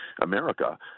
America